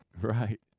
right